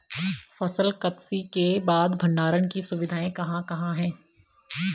फसल कत्सी के बाद भंडारण की सुविधाएं कहाँ कहाँ हैं?